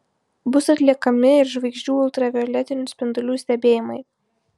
bus atliekami ir žvaigždžių ultravioletinių spindulių stebėjimai